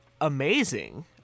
amazing